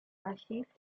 archiv